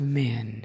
men